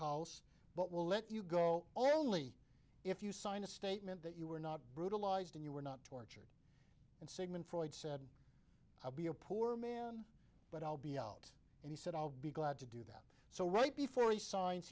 house but we'll let you go only if you sign a statement that you were not brutalized and you were not tortured and sigmund freud said i'll be a poor man but i'll be out and he said i'll be glad to do that so right before he signs